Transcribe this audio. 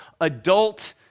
adult